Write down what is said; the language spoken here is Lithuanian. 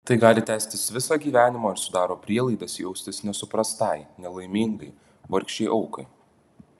tai gali tęstis visą gyvenimą ir sudaro prielaidas jaustis nesuprastai nelaimingai vargšei aukai